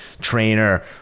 trainer